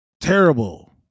terrible